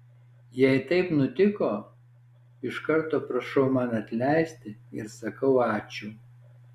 jei taip nutiko iš karto prašau man atleisti ir sakau ačiū